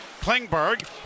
Klingberg